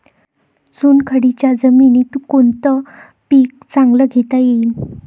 चुनखडीच्या जमीनीत कोनतं पीक चांगलं घेता येईन?